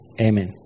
Amen